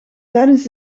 tijdens